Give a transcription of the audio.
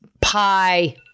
Pie